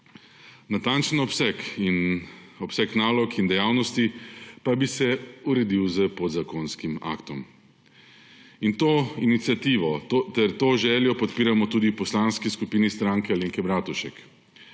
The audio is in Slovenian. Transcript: Natančen obseg nalog in dejavnosti pa bi se uredil s podzakonskim aktom. To iniciativo ter to željo podpiramo tudi v Poslanski skupini Stranke Alenke Bratušek,